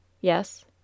Yes